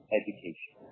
education